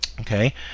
Okay